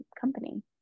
company